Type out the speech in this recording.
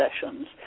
sessions